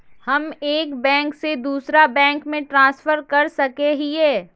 हम एक बैंक से दूसरा बैंक में ट्रांसफर कर सके हिये?